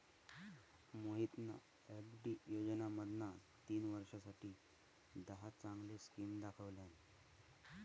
मोहितना एफ.डी योजनांमधना तीन वर्षांसाठी दहा चांगले स्किम दाखवल्यान